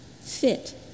fit